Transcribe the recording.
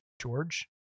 George